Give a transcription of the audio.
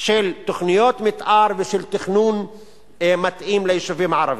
של תוכניות מיתאר ושל תכנון מתאים ליישובים הערביים,